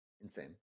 Insane